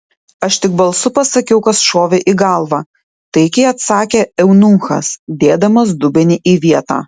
aš tik balsu pasakiau kas šovė į galvą taikiai atsakė eunuchas dėdamas dubenį į vietą